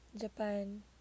Japan